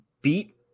beat